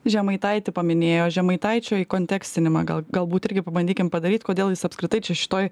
žemaitaitį paminėjo žemaitaičio įkontekstinimą gal galbūt irgi pabandykim padaryt kodėl jis apskritai čia šitoj